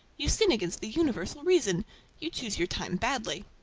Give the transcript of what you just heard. you sin against the universal reason you choose your time badly.